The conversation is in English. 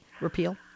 repeal